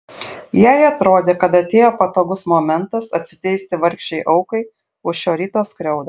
jai atrodė kad atėjo patogus momentas atsiteisti vargšei aukai už šio ryto skriaudą